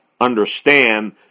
understand